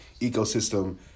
ecosystem